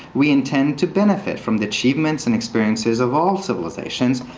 we intend to benefit from the achievements and experiences of all civilizations,